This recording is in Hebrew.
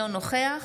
אינו נוכח